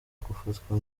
gufatwa